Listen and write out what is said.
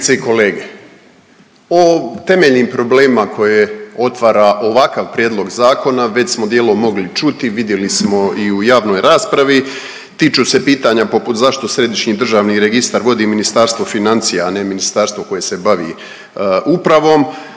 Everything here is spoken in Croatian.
o temeljnim problemima koje otvara ovakav prijedlog zakona već smo dijelom mogli čuti, vidjeli smo i u javnoj raspravi. Tiču se pitanja poput zašto Središnji državni registar vodi Ministarstvo financija, a ne ministarstvo koje se bavi upravom,